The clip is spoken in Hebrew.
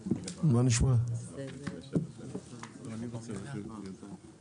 אנחנו נמשיך ביום ראשון את הישיבה הזאת כי לא נספיק בשעה פה את הישיבה.